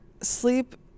sleep